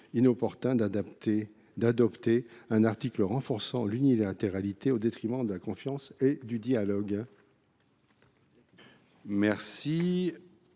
inopportun d’adopter un article renforçant l’unilatéralité au détriment de la confiance et du dialogue.